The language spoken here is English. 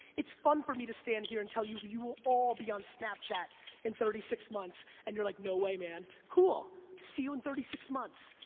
it's fun for me to stand here and tell you, you will all be on snapchat in thirty six months and you're like, no way, man. cool, see you in thirty six months,